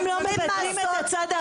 אתם לא מבטלים את הצד האחר?